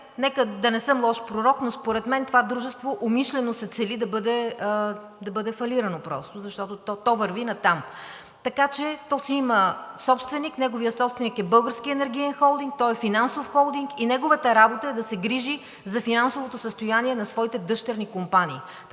Нека да не съм лош пророк, но според мен това дружество умишлено се цели да бъде фалирано просто защото то върви натам. То си има собственик. Неговият собственик е Българският енергиен холдинг. Той е финансов холдинг и неговата работа е да се грижи за финансовото състояние на своите дъщерни компании,